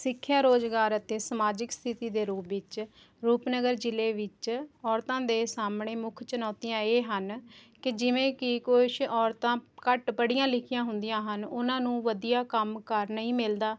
ਸਿੱਖਿਆ ਰੁਜ਼ਗਾਰ ਅਤੇ ਸਮਾਜਿਕ ਸਥਿਤੀ ਦੇ ਰੂਪ ਵਿੱਚ ਰੂਪਨਗਰ ਜ਼ਿਲ੍ਹੇ ਵਿੱਚ ਔਰਤਾਂ ਦੇ ਸਾਹਮਣੇ ਮੁੱਖ ਚੁਣੌਤੀਆਂ ਇਹ ਹਨ ਕਿ ਜਿਵੇਂ ਕਿ ਕੁਛ ਔਰਤਾਂ ਘੱਟ ਪੜ੍ਹੀਆਂ ਲਿਖੀਆਂ ਹੁੰਦੀਆਂ ਹਨ ਉਹਨਾਂ ਨੂੰ ਵਧੀਆ ਕੰਮ ਕਾਰ ਨਹੀਂ ਮਿਲਦਾ